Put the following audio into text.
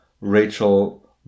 Rachel